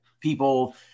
people